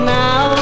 now